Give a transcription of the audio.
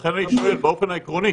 לכן אני שואל באופן עקרוני,